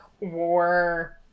war